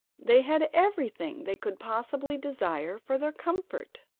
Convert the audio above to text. they had everything they could possibly desire for their comfort,